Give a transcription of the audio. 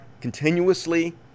continuously